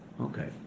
Okay